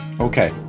Okay